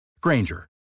Granger